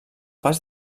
pas